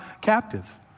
captive